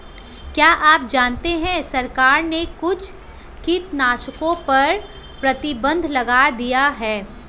क्या आप जानते है सरकार ने कुछ कीटनाशकों पर प्रतिबंध लगा दिया है?